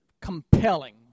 compelling